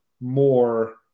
more